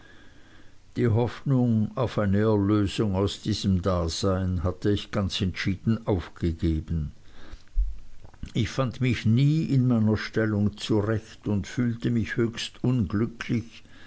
die hoffnung auf eine erlösung aus diesem dasein hatte ich ganz aufgegeben ich fand mich nie in meiner stellung zurecht und fühlte mich höchst unglücklich